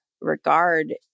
regard